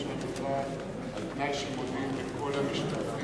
של המכרז, על תנאי שפונים לכל המשתתפים,